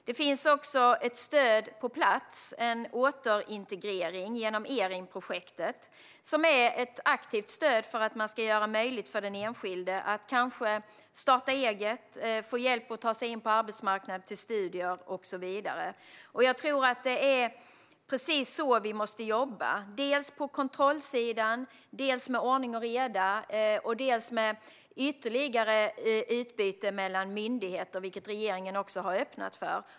Det finns också ett stöd på plats: En återintegrering genom ERIN-projektet, som är ett aktivt stöd för att man ska göra det möjligt för den enskilde att kanske starta eget, ta sig in på arbetsmarknaden eller till studier och så vidare. Jag tror att det är precis så vi måste jobba. Det handlar om kontrollsidan och om ordning och reda. Det handlar om ytterligare utbyte mellan myndigheter, vilket regeringen har öppnat för.